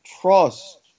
trust